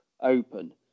open